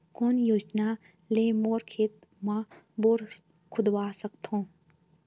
कोन योजना ले मोर खेत मा बोर खुदवा सकथों?